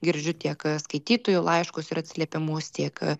girdžiu tiek skaitytojų laiškus ir atsiliepimus tiek